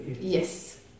yes